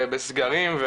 בסגרים,